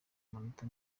amanota